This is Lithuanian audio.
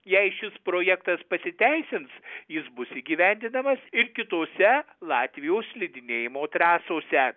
jei šis projektas pasiteisins jis bus įgyvendinamas ir kitose latvijos slidinėjimo trasose